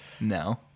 No